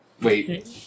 Wait